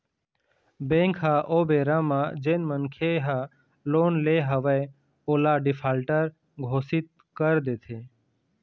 bank ह ओ बेरा म जेन मनखे ह लोन ले हवय ओला डिफाल्टर घोसित कर देथे